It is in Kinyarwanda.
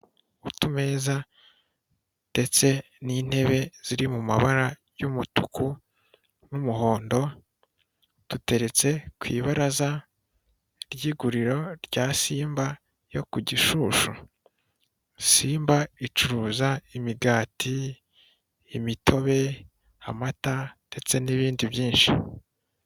Utumeza ndetse n'intebe ziri mu mabara y'umutuku n'umuhondo duteretse ku ibaraza ry'iguriro rya Simba yo ku Gishushu, Simba icuruza imigati, imitobe, amata ndetse n'ibindi byinshi.